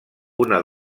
una